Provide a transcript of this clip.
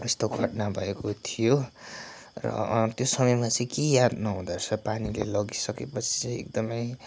यस्तो घटना भएको थियो र त्यो समयमा चाहिँ के याद नहुँदो रहेछ पानीले लगिसकेपछि चाहिँ एकदमै